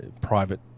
private